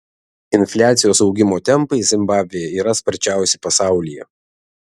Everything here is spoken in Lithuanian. infliacijos augimo tempai zimbabvėje yra sparčiausi pasaulyje